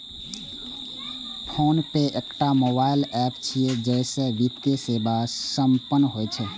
PhonePe एकटा mobile app छियै, जइसे वित्तीय सेवा संपन्न होइ छै